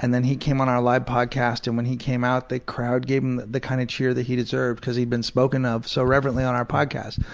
and then he came on our live podcast and when he came out the crowd gave him the kind of cheer that he deserved because he'd been spoken of so reverently on our podcast.